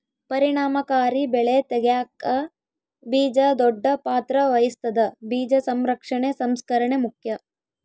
ಪರಿಣಾಮಕಾರಿ ಬೆಳೆ ತೆಗ್ಯಾಕ ಬೀಜ ದೊಡ್ಡ ಪಾತ್ರ ವಹಿಸ್ತದ ಬೀಜ ಸಂರಕ್ಷಣೆ ಸಂಸ್ಕರಣೆ ಮುಖ್ಯ